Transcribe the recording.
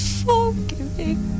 forgiving